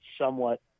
somewhat